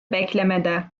beklemede